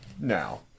now